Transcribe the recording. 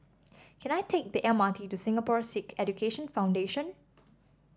can I take the M R T to Singapore Sikh Education Foundation